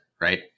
right